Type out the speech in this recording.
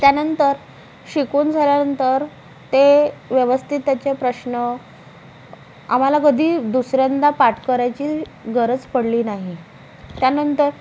त्यानंतर शिकवून झाल्यानंतर ते व्यवस्थित त्याचे प्रश्न आम्हाला कधी दुसऱ्यांदा पाठ करायची गरज पडली नाही त्यानंतर